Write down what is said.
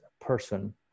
person